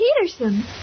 Peterson